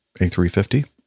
A350